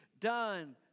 done